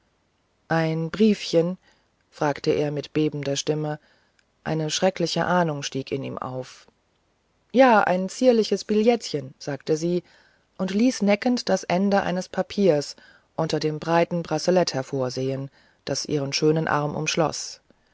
ein briefchen fragte er mit bebender stimme eine schreckliche ahnung stieg in ihm auf ja ein zierliches billetchen sagte sie und ließ neckend das ende eines papiers unter dem breiten bracelet hervorgehen das ihren schönen arm